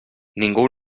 ningú